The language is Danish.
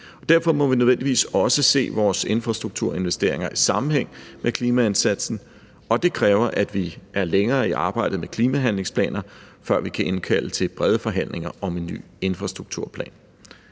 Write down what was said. Derfor må vi nødvendigvis også se vores infrastrukturinvesteringer i sammenhæng med klimaindsatsen, og det kræver, at vi er længere i arbejdet med klimahandlingsplanerne, før vi kan indkalde til brede forhandlinger om en ny infrastrukturplan.